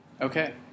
Okay